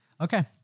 Okay